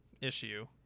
issue